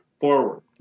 forward